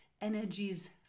energies